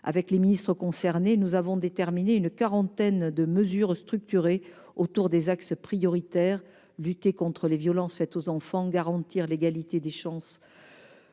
Avec les ministres concernés, nous avons déterminé une quarantaine de mesures structurées autour des axes prioritaires : lutter contre les violences faites aux enfants, garantir l'égalité des chances